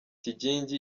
kigingi